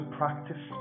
practice